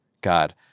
God